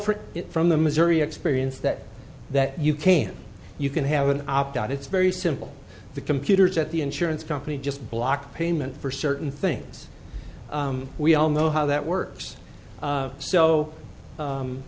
it from the missouri experience that that you can you can have an opt out it's very simple the computers at the insurance company just block payment for certain things we all know how that works